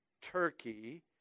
Turkey